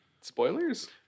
Spoilers